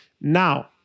Now